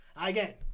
Again